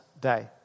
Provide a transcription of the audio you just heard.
day